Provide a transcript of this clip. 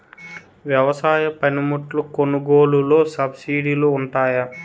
వ్యవసాయ పనిముట్లు కొనుగోలు లొ సబ్సిడీ లు వుంటాయా?